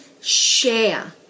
share